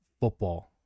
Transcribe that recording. football